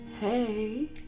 Hey